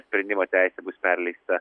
sprendimo teisė bus perleista